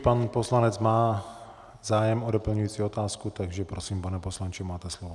Pan poslanec má zájem o doplňující otázku, takže prosím, pane poslanče, máte slovo.